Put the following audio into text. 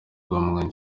rwamaganye